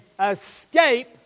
escape